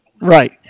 right